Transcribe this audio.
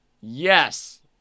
Yes